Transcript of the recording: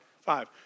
Five